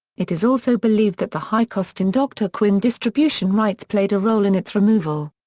it is also believed that the high cost in dr. quinn distribution rights played a role in its removal.